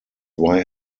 why